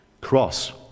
cross